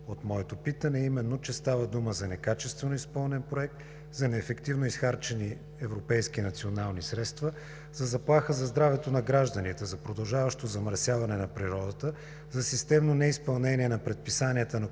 от моето питане, а именно, че става дума за некачествено изпълнен проект, за неефективно изхарчени европейски и национални средства, за заплаха за здравето на гражданите, за продължаващо замърсяване на природата, за системно неизпълнение на предписанията на